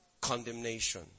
Condemnation